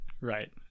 Right